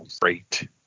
great